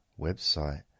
website